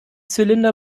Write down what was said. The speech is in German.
zylinder